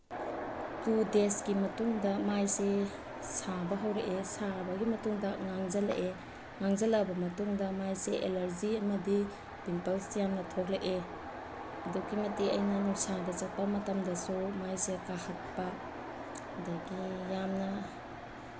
two ꯗꯦꯖꯀꯤ ꯃꯇꯨꯡꯗ ꯃꯥꯏꯁꯤ ꯁꯥꯕ ꯍꯧꯔꯛꯑꯦ ꯁꯥꯕꯒꯤ ꯃꯇꯨꯡꯗ ꯉꯥꯡꯁꯤꯜꯂꯛꯑꯦ ꯉꯥꯡꯁꯤꯜꯂꯛꯑꯕ ꯃꯇꯨꯡꯗ ꯃꯥꯏꯁꯦ ꯑꯦꯂꯔꯖꯤ ꯑꯃꯗꯤ ꯄꯤꯝꯄꯜꯁ ꯌꯥꯝꯅ ꯊꯣꯛꯂꯛꯑꯦ ꯑꯗꯨꯛꯀꯤ ꯃꯇꯤꯛ ꯑꯩꯅ ꯅꯨꯡꯁꯥꯗ ꯆꯠꯄ ꯃꯇꯝꯗꯁꯨ ꯃꯥꯏꯁꯦ ꯀꯥꯍꯠꯄ ꯑꯗꯒꯤ ꯌꯥꯝꯅ